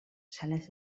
sales